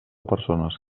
persones